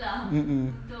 mm mm